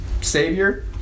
Savior